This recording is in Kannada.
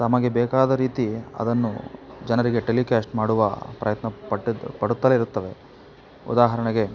ತಮಗೆ ಬೇಕಾದ ರೀತಿ ಅದನ್ನು ಜನರಿಗೆ ಟೆಲಿಕ್ಯಾಸ್ಟ್ ಮಾಡುವ ಪ್ರಯತ್ನ ಪಟ್ಟಿದ್ದು ಪಡುತ್ತಲೇ ಇರುತ್ತವೆ ಉದಾಹರಣೆಗೆ